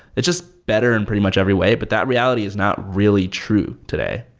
it's just better in pretty much every way, but that reality is not really true today,